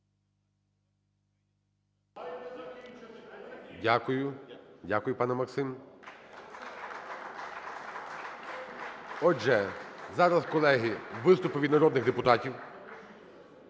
Дякую. Дякую, пане Максиме. (Оплески) Отже, зараз, колеги, виступи від народних депутатів.